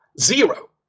zero